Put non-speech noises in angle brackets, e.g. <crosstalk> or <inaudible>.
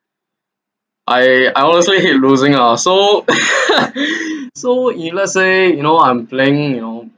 I I honestly hate losing lah so <laughs> so if let's say you know I'm playing you know